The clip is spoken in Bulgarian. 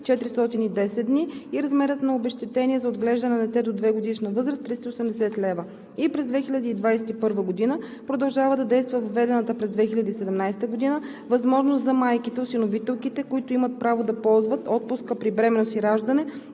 410 дни, и размерът на обезщетението за отглеждане на дете до двегодишна възраст – 380 лв.; - и през 2021 г. продължава да действа въведената през 2017 г. възможност за майките (осиновителките), които имат право да ползват отпуска при бременност и раждане